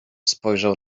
spojrzał